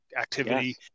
activity